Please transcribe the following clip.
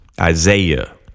Isaiah